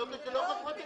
זה לא חברות הגבייה.